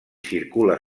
circula